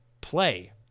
play